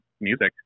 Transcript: music